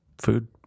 food